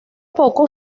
poco